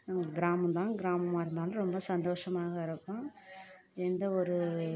நாங்கள் கிராமந்தான் கிராமமாக இருந்தாலும் ரொம்ப சந்தோஷமாக இருக்கும் எந்த ஒரு